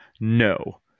No